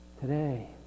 today